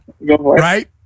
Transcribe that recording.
right